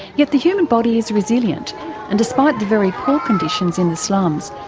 yet the human body is resilient and despite the very conditions in the slums,